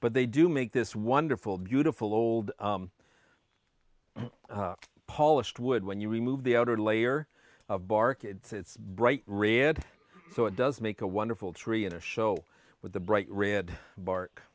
but they do make this wonderful beautiful old polished wood when you remove the outer layer of bark it's it's bright red so it does make a wonderful tree in a show with the bright red bark